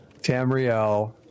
Tamriel